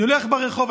אני הולך ברחוב,